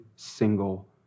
single